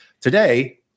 Today